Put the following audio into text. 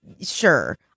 Sure